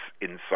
inside